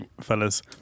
fellas